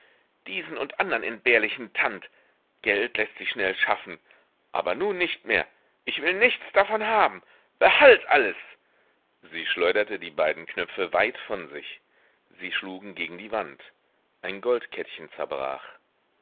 diesen und andern entbehrlichen tand geld läßt sich schnell schaffen aber nun nicht mehr ich will nichts davon haben behalt alles sie schleuderte die beiden knöpfe weit von sich sie schlugen gegen die wand ein goldkettchen zerbrach